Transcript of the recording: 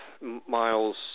miles